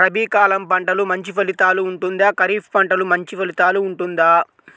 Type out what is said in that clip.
రబీ కాలం పంటలు మంచి ఫలితాలు ఉంటుందా? ఖరీఫ్ పంటలు మంచి ఫలితాలు ఉంటుందా?